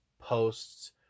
posts